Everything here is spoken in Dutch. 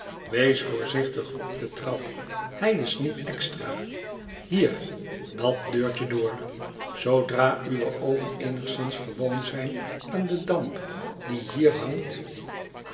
wees voorzichtig op de trap hij is niet extra hier dat deurtje door zoodra uwe oogen eenigszins gewoon zijn aan den damp die hier hangt